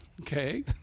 Okay